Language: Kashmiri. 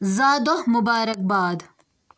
زا دۄہ مبارکباد